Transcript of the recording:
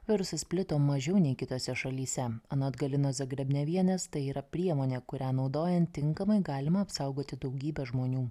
virusas plito mažiau nei kitose šalyse anot galinos zagrebnevienės tai yra priemonė kurią naudojant tinkamai galima apsaugoti daugybę žmonių